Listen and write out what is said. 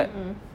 mm